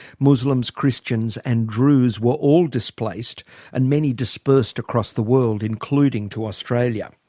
muslims, christians and druze were all displaced and many dispersed across the world, including to australia.